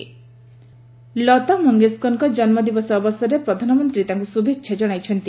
PM Lata Lata ମଙ୍ଗେସକରଙ୍କ ଜନ୍ମଦିବସ ଅବସରରେ ପ୍ରଧାନମନ୍ତ୍ରୀ ତାଙ୍କୁ ଶୁଭେଚ୍ଛା ଜଣାଇଛନ୍ତି